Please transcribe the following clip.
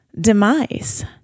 demise